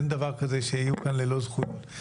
אין דבר כזה שיהיו כאן ללא זכויות.